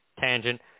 tangent